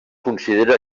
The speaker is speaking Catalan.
considera